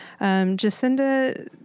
Jacinda